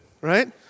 right